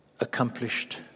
accomplished